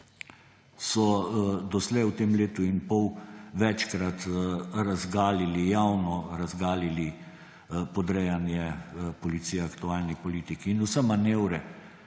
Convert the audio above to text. so doslej v tem letu in pol večkrat javno razgalili podrejanje Policije aktualni politiki in vse manevre,